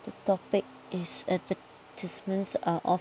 the topic is advertisements are of